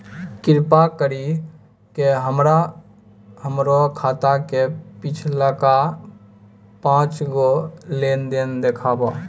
कृपा करि के हमरा हमरो खाता के पिछलका पांच गो लेन देन देखाबो